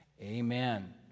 Amen